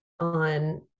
on